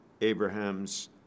Abraham's